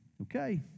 Okay